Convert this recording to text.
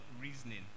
reasoning